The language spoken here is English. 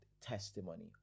testimony